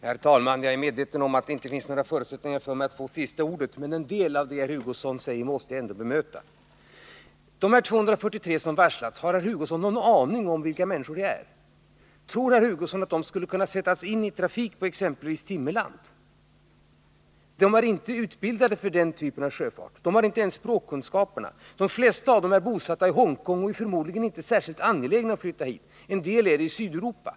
Herr talman! Jag är medveten om att jag inte har några möjligheter att få sista ordet, men en del av vad herr Hugosson sagt måste jag ändå bemöta. Beträffande de 243 personer som har varslats vill jag fråga: Har herr Hugosson någon aning om vilka det är? Tror herr Hugosson att de skulle kunna sättas in i trafik på exempelvis Timmerland? De är inte utbildade för den typen av sjöfart, de har inte ens språkkunskaperna. De flesta av dem är bosatta i Hongkong och är förmodligen inte särskilt angelägna att flytta hit. En del är bosatta i Sydeuropa.